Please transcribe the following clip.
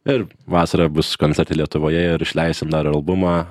ir vasarą bus koncertai lietuvoje ir išleisim albumą